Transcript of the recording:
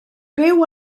byw